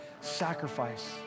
sacrifice